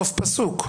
סוף פסוק?